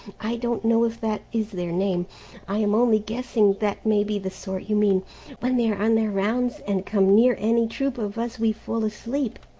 i don't know if that is their name i am only guessing that may be the sort you mean when they are on their rounds and come near any troop of us we fall asleep.